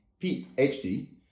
PhD